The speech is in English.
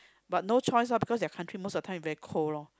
but no choice loh because their country most of the time is very cold loh